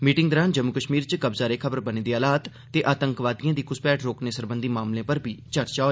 meeting दौरान जम्मू कश्मीर च कब्ज़ा रेखा पर बने दे हालात ते आतंकवादिएं दी घ्सपैठ रोकने सरबंधी मामलें पर बी चर्चा होई